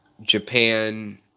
Japan